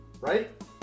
right